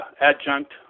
adjunct